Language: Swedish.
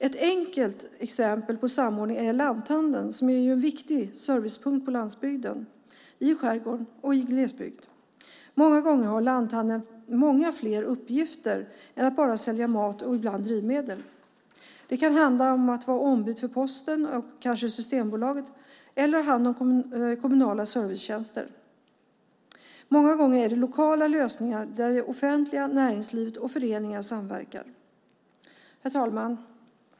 Ett enkelt exempel på samordning är lanthandeln, som är en viktig servicepunkt på landsbygden, i skärgården och i glesbygden. Många gånger har lanthandeln fler uppgifter än att bara sälja mat och ibland drivmedel. Det kan handla om att vara ombud för Posten och kanske Systembolaget eller att ha hand om kommunala servicetjänster. Många gånger är det fråga om lokala lösningar där det offentliga näringslivet och föreningar samverkar. Herr talman!